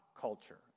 culture